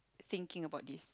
thinking about this